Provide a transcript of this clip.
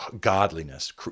godliness